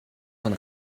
von